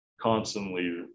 constantly